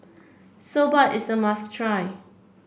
Soba is a must try